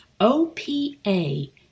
OPA